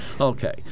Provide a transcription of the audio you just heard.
Okay